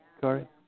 sorry